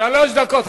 שלוש דקות,